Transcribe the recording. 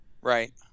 Right